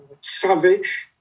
savage